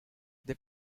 they